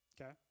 Okay